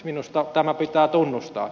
minusta tämä pitää tunnustaa